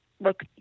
look